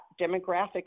demographic